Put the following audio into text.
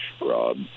Rob